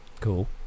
Cool